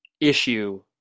issue